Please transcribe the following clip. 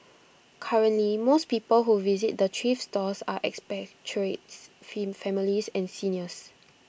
currently most people who visit the thrift stores are expatriates fin families and seniors